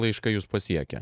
laiškai jus pasiekia